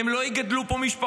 הם לא יגדלו פה משפחות.